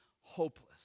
hopeless